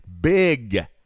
big